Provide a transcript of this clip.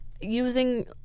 using